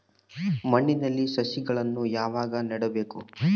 ಮಣ್ಣಿನಲ್ಲಿ ಸಸಿಗಳನ್ನು ಯಾವಾಗ ನೆಡಬೇಕು?